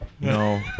No